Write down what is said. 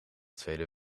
tweede